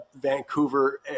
Vancouver